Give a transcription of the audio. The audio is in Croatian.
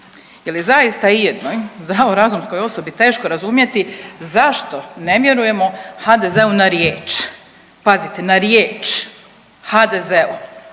Je li zaista ijednoj zdravorazumskoj osobi teško razumjeti zašto ne vjerujemo HDZ-u na riječ, pazite na riječ HDZ-u.